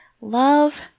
Love